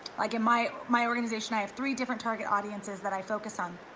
like in my my organization, i have three different target audiences that i focus on.